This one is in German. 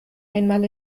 einmal